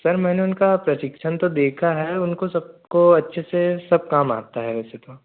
sir मैंने उनका प्रशिक्षण तो देखा है उनको सबको अच्छे से सब काम आता है वैसे तो